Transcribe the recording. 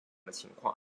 情况